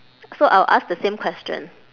so I'll ask the same question